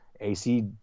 AC